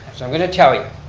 so i'm going to tell you,